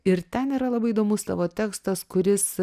ir ten yra labai įdomus tavo tekstas kuris